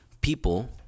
people